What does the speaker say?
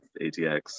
ATX